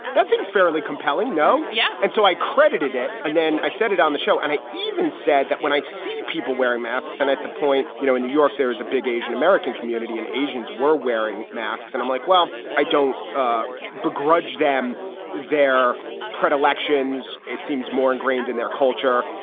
that's a fairly compelling. no. yeah. and so i credited it. and then i said it on the show. and i even said that when i see people wearing masks and at the point, you know, in new york, there is a big asian-american community and asians were wearing masks. and i'm like, well, i don't ah begrudge them their predilections. it seems more ingrained in their culture.